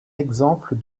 exemple